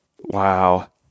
Wow